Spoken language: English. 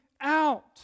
out